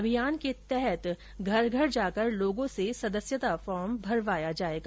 अभियान के तहत घर घर जाकर लोगों से सदस्यता फॉर्म भरवाया जायेगा